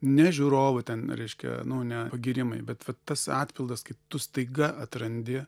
ne žiūrovų ten reiškia ne pagyrimai bet tas atpildas kai tu staiga atrandi